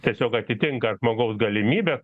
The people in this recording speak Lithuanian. tiesiog atitinka žmogaus galimybes